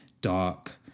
dark